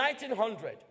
1900